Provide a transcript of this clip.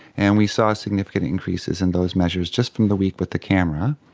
and we saw significant increases in those measures, just from the week with the camera.